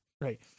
right